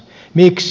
miksi